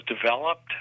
developed